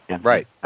right